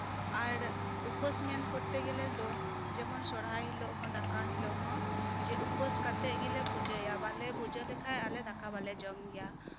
ᱟᱨ ᱩᱯᱟᱹᱥ ᱢᱮᱱ ᱠᱚᱨᱛᱮ ᱜᱮᱞᱮ ᱫᱚ ᱡᱮᱢᱚᱱ ᱥᱚᱨᱦᱟᱭ ᱦᱤᱞᱳᱜ ᱦᱚᱸ ᱫᱟᱠᱟᱭ ᱦᱤᱞᱳᱜ ᱦᱚᱸ ᱡᱮ ᱩᱯᱟᱹᱥ ᱠᱟᱛᱮᱜ ᱜᱮᱞᱮ ᱯᱩᱡᱟᱹᱭᱟ ᱵᱟᱞᱮ ᱯᱩᱡᱟᱹ ᱞᱮᱠᱷᱟᱡ ᱟᱞᱮ ᱫᱟᱠᱟ ᱵᱟᱞᱮ ᱡᱚᱢ ᱜᱮᱭᱟ